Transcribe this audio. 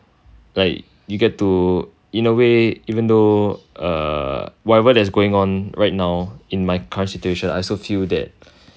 like you get to in a way even though err whatever that's going on right now in my current situation I also feel that